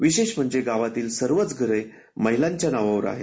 विशेष म्हणजे गावातील सर्वच घरे महिलांच्या नावावर आहेत